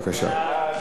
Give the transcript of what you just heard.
בבקשה.